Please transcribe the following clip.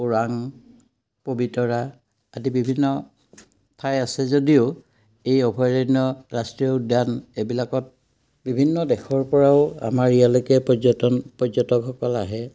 ওৰাং পবিতৰা আদি বিভিন্ন ঠাই আছে যদিও এই অভয়াৰণ্য ৰাষ্ট্ৰীয় উদ্যান এইবিলাকত বিভিন্ন দেশৰ পৰাও আমাৰ ইয়ালৈকে পৰ্যটন পৰ্যটকসকল আহে